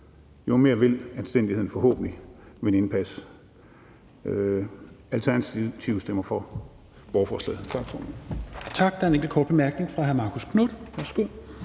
jo mere vil anstændigheden forhåbentlig vinde indpas. Alternativet stemmer for borgerforslaget.